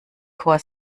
chor